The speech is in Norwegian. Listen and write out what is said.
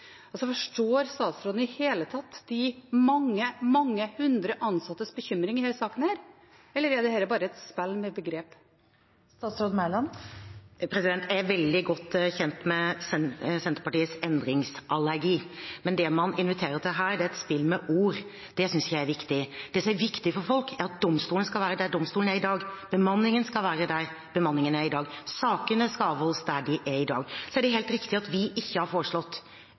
Forstår statsråden i det hele tatt de mange, mange hundre ansattes bekymring i denne saken, eller er dette bare et spill med begrep? Jeg er veldig godt kjent med Senterpartiets endringsallergi, men det man inviterer til her, er et spill med ord. Det synes ikke jeg er viktig. Det som er viktig for folk, er at domstolen skal være der domstolen er i dag. Bemanningen skal være der bemanningen er i dag. Sakene skal avholdes der de er i dag. Så er det helt riktig at vi ikke har foreslått